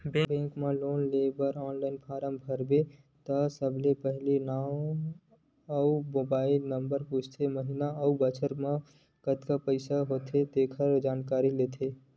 bank म loan बर online form भरबे त सबले पहिली नांव अउ मोबाईल नंबर पूछथे, महिना अउ बछर म कतका कमई होथे तेखर जानकारी लेथे